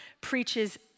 preaches